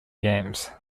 games